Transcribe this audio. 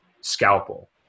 scalpel